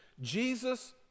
Jesus